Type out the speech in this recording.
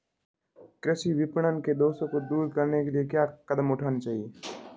कृषि विपणन के दोषों को दूर करने के लिए क्या कदम उठाने चाहिए?